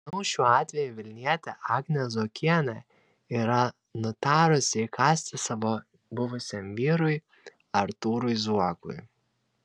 manau šiuo atveju vilnietė agnė zuokienė yra nutarusi įkąsti savo buvusiam vyrui artūrui zuokui